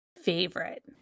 favorite